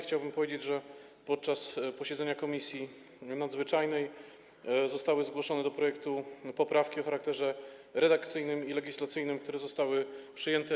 Chciałbym powiedzieć, że podczas posiedzenia Komisji Nadzwyczajnej do projektu zostały zgłoszone poprawki o charakterze redakcyjnym i legislacyjnym, które zostały przyjęte.